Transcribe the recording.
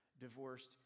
divorced